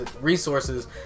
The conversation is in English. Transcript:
resources